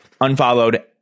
unfollowed